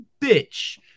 bitch